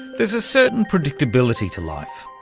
there's a certain predictability to life.